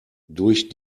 durch